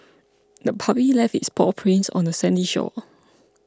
the puppy left its paw prints on the sandy shore